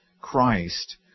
Christ